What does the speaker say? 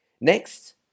Next